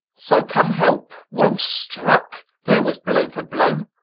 so, come, help well struck! there was blow for blow.